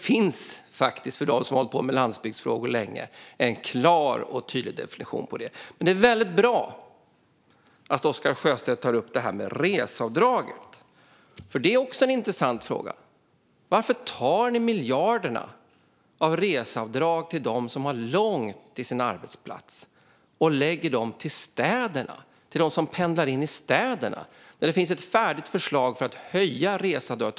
För dem som har hållit på med landsbygdsfrågor länge är det en klar och tydlig definition. Det är bra att Oscar Sjöstedt tar upp reseavdraget. Det är också en intressant fråga. Varför tar ni miljarderna av reseavdrag till dem som har långt till sin arbetsplats och lägger pengarna till dem som pendlar in till städerna, när det finns ett färdigt förslag för att höja reseavdraget?